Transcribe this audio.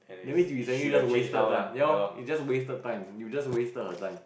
that means you essentially just wasted time ya lor it's just wasted time you just wasted her time